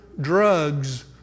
drugs